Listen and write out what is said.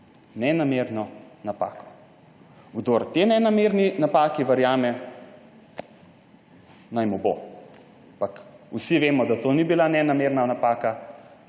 Nenamerno napako. Kdor tej nenamerni napaki verjame, naj mu bo. Ampak vsi vemo, da to ni bila nenamerna napaka,